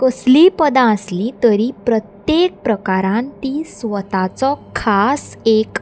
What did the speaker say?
कसलीय पदां आसली तरी प्रत्येक प्रकारान ती स्वताचो खास एक